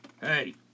Hey